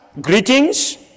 greetings